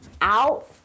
out